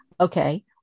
okay